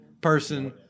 person